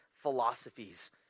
philosophies